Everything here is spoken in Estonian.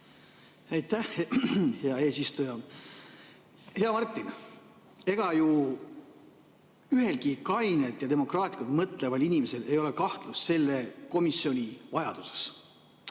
Hea Martin! Ega ju ühelgi kainelt ja demokraatlikult mõtleval inimesel ei ole kahtlust selle komisjoni vajaduses,